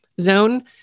zone